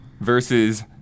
versus